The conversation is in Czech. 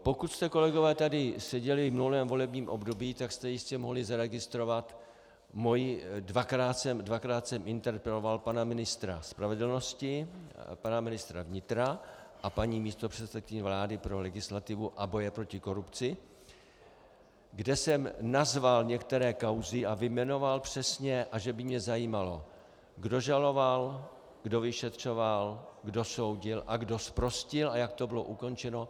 Pokud jste, kolegové, tady seděli v minulém volebním období, tak jste jistě mohli zaregistrovat, dvakrát jsem interpeloval pana ministra spravedlnosti a pana ministra vnitra a paní místopředsedkyni vlády pro legislativu a boj proti korupci, kde jsem nazval některé kauzy a vyjmenoval přesně, a že by mě zajímalo, kdo žaloval, kdo vyšetřoval, kdo soudil a kdo zprostil a jak to bylo ukončeno.